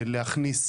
להכניס,